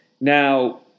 Now